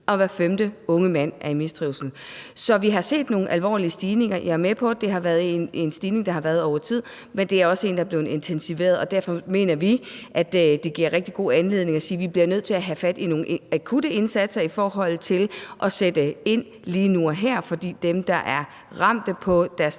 at hver femte unge mand er i mistrivsel. Så vi har set nogle alvorlige stigninger. Jeg er med på, at det har været en stigning, der har været der over tid, men det er også en, der er blevet intensiveret, og derfor mener vi, at det er en rigtig god anledning til at sige, at vi er nødt til at have fat i nogle akutte indsatser i forhold til at sætte ind lige nu og her for dem, der er ramt på deres